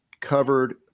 covered